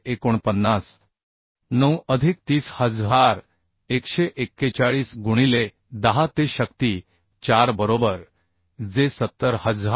9 अधिक 30141 गुणिले 10 ते शक्ती 4 बरोबर जे 70490